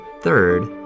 third